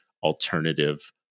alternative